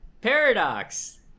paradox